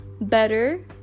better